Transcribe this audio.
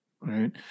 Right